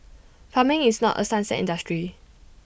farming is not A sunset industry